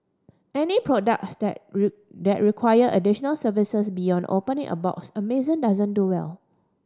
any products that that require additional services beyond opening a box Amazon doesn't do well